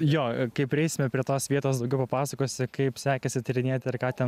jo kai prieisime prie tos vietos papasakosi kaip sekėsi tyrinėti ir ką ten